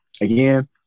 Again